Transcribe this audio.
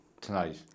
Tonight